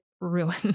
ruin